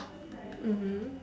mmhmm